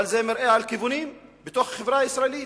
אבל זה מראה על כיוונים בתוך החברה הישראלית,